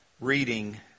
reading